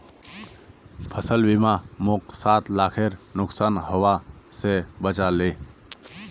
फसल बीमा मोक सात लाखेर नुकसान हबा स बचा ले